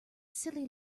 silly